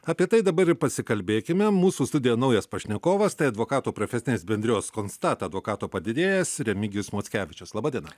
apie tai dabar ir pasikalbėkime mūsų studijoj naujas pašnekovas tai advokatų profesinės bendrijos konstat advokato padėjėjas remigijus mockevičius laba diena